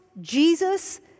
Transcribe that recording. Jesus